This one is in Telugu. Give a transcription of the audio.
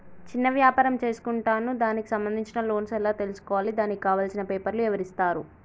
చిన్న వ్యాపారం చేసుకుంటాను దానికి సంబంధించిన లోన్స్ ఎలా తెలుసుకోవాలి దానికి కావాల్సిన పేపర్లు ఎవరిస్తారు?